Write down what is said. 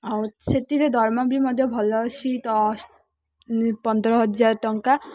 ଆଉ ସେଥିରେ ଦରମା ବି ମଧ୍ୟ ଭଲ ଅଛି ତ ପନ୍ଦର ହଜାର ଟଙ୍କା